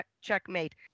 checkmate